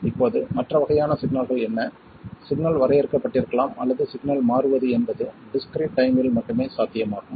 இப்போது மற்ற வகையான சிக்னல்கள் என்ன சிக்னல் வரையறுக்கப்பட்டிருக்கலாம் அல்லது சிக்னல் மாறுவது என்பது டிஸ்க்கிரீட் டைம்மில் மட்டுமே சாத்தியமாகும்